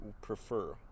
prefer